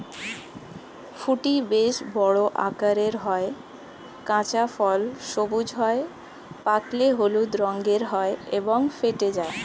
ফুটি বেশ বড় আকারের হয়, কাঁচা ফল সবুজ হয়, পাকলে হলুদ রঙের হয় এবং ফেটে যায়